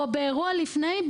או באירוע לפני,